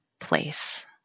place